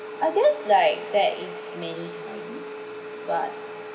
I guess like that is mainly funds but